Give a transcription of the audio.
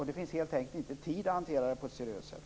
Där finns det helt enkelt inte tid att hantera detta på ett seriöst sätt.